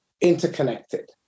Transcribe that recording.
interconnected